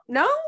no